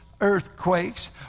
earthquakes